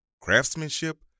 Craftsmanship